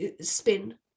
spin